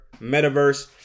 metaverse